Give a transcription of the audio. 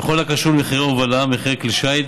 בכל הקשור למחירי הובלה, מחירי כלי שיט,